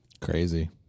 Crazy